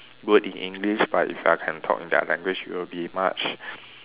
good in English but if I can talk in their language it will be much